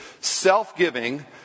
self-giving